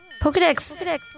Pokedex